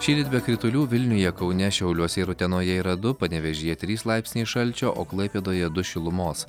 šįryt be kritulių vilniuje kaune šiauliuose ir utenoje yra du panevėžyje trys laipsniai šalčio o klaipėdoje du šilumos